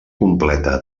completa